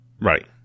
Right